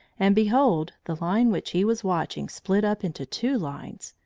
and, behold, the line which he was watching split up into two lines,